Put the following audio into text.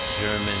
German